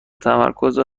تمرکز